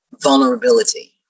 vulnerability